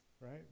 right